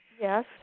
Yes